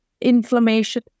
inflammation